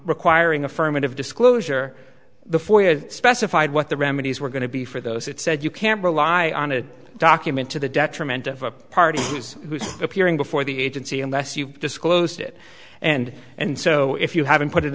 requiring affirmative disclosure the specified what the remedies were going to be for those it said you can't rely on a document to the detriment of a party appearing before the agency unless you disclosed it and and so if you haven't put it